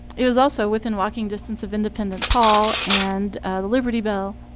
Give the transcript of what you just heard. it was also within walking distance of independence hall and the liberty bell,